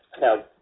Now